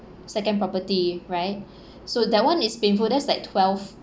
second property right so that one is painful that's like twelve